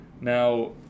Now